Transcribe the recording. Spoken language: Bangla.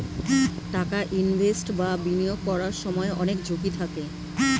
টাকা ইনভেস্ট বা বিনিয়োগ করার সময় অনেক ঝুঁকি থাকে